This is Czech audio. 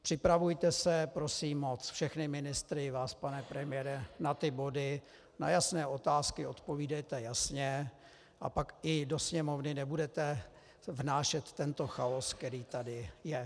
Připravujte se, prosím moc všechny ministry, i vás pane premiére, na ty body, na jasné otázky odpovídejte jasně a pak i do Sněmovny nebudete vnášet tento chaos, který tady je.